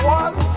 one